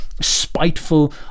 spiteful